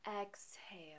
Exhale